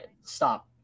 Stop